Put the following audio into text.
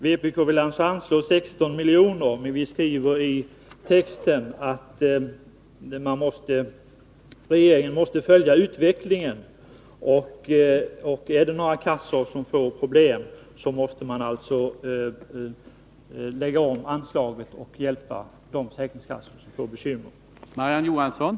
Vpk vill anslå 16 milj.kr., men vi skriver i utskottsmajoritetens text att regeringen måste följa utvecklingen. Om några kassor skulle få problem måste man omfördela anslaget och hjälpa dessa försäkringskassor.